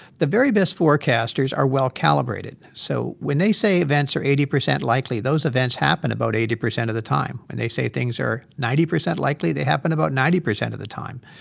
the very best forecasters are well-calibrated. so when they say events are eighty percent likely, those events happen about eighty percent of the time. when they say things are ninety percent likely, they happen about ninety percent of the time.